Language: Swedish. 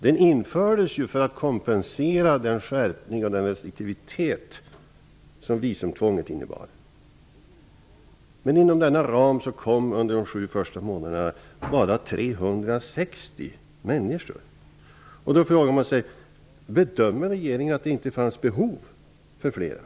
Den infördes ju för att kompensera den skärpning och den restriktivitet som visumtvånget innebar. Men inom denna ram kom under de sju första månaderna bara 360 människor. Då frågar man sig om regeringen bedömde att det inte fanns behov för flera.